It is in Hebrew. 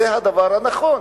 זה הדבר הנכון.